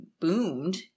boomed